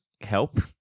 help